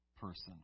person